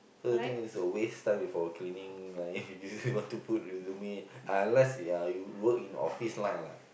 so the thing is a waste time for cleaning line if you want to put resume unless uh you work in office line lah